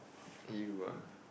you ah